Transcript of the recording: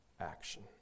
action